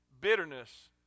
Bitterness